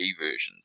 versions